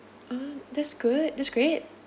um that's good that's great